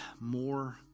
more